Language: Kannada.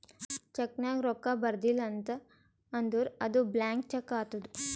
ಚೆಕ್ ನಾಗ್ ರೊಕ್ಕಾ ಬರ್ದಿಲ ಅಂತ್ ಅಂದುರ್ ಅದು ಬ್ಲ್ಯಾಂಕ್ ಚೆಕ್ ಆತ್ತುದ್